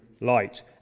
light